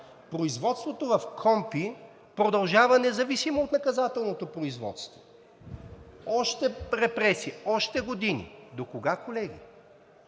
Производството в КПКОНПИ продължава независимо от наказателното производство. Още репресия, още години. Докога, колеги?